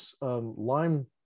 lime